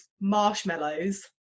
Marshmallows